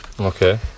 Okay